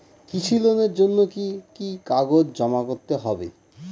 কৃষি লোনের জন্য কি কি কাগজ জমা করতে হবে?